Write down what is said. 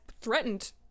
threatened